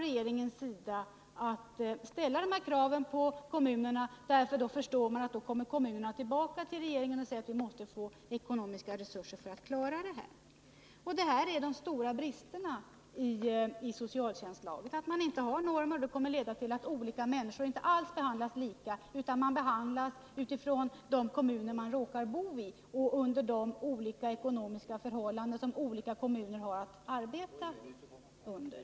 Regeringen underlåter att ställa krav på kommunerna, för regeringen förstår att kommunerna i så fall kommer tillbaka till regeringen och kräver ekonomiska resurser för att klara detta. Det är de stora bristerna i socialtjänstlagen. Det faktum att det inte finns normer kommer att leda till att människor inte alls behandlas lika utan behandlas olika enligt förutsättningarna i de kommuner de råkar bo i och med hänsyn till de olika ekonomiska förhållanden som olika kommuner har att arbeta under.